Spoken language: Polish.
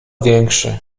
większy